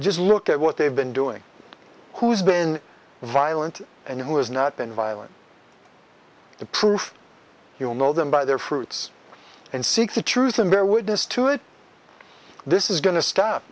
just look at what they've been doing who's been violent and who has not been violent the truth you will know them by their fruits and seek the truth and bear witness to it this is going to stop